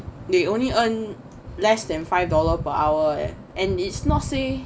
they only earn less than five dollar per hour and it's not say